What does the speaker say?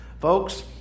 Folks